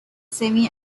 semi